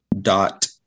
dot